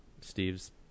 Steve's